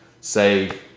say